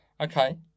Okay